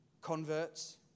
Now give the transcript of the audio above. Converts